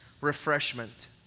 refreshment